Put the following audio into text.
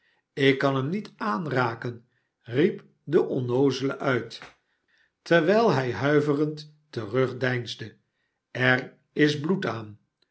ik kan hem niet aanraken nep deonnoozele uit terwijl hij huiverend terugdeinsde er is bloed aan